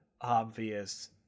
obvious